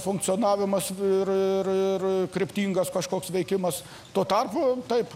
funkcionavimas ir ir ir kryptingas kažkoks veikimas tuo tarpu taip